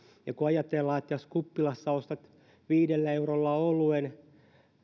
ja kun ajatellaan että jos kuppilassa ostat viidellä eurolla oluen